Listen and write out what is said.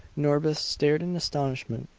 norbith stared in astonishment.